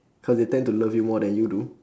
cause they tend to love you more than you do